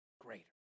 greater